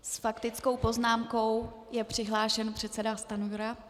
S faktickou poznámkou je přihlášen předseda Stanjura.